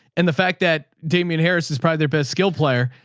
and the fact that damien harris is probably their best skill player.